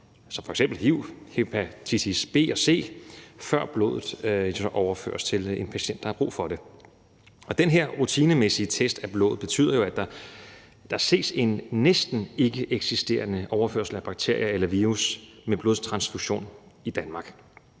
f.eks. hiv, hepatitis B og C, før blodet så overføres til en patient, der har brug for det. Og den her rutinemæssige test af blodet betyder jo, at der ses en næsten ikkeeksisterende overførsel af bakterier eller virus med blodtransfusion i Danmark.